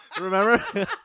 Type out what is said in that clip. Remember